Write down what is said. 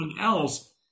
else